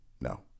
No